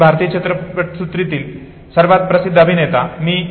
हे भारतीय चित्रपटसृष्टीतील सर्वात प्रसिद्ध अभिनेता मी